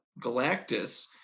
Galactus